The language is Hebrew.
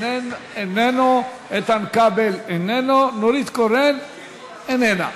איננו, איתן כבל, איננו, נורית קורן, איננה.